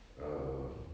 err